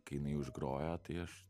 kai jinai užgroja tai aš